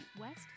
West